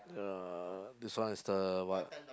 uh this one is the what